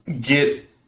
get